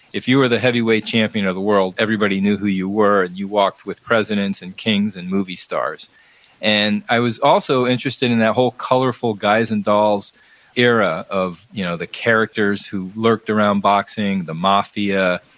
if you were the heavyweight champion of the world, everybody knew who you were. you walked with presidents and kings and movie stars and i was also interested in that whole colorful guys-and-dolls era of you know the characters who lurked around boxing, the mafia,